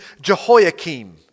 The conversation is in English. Jehoiakim